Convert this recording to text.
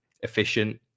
efficient